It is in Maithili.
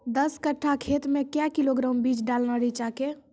दस कट्ठा खेत मे क्या किलोग्राम बीज डालने रिचा के?